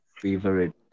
favorite